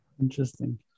Interesting